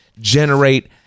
generate